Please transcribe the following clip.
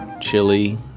chili